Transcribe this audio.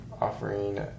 offering